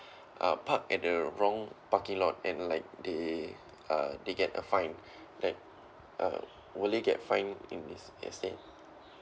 uh park at the wrong parking lot and like they uh they get a fine like uh will they get fine to estate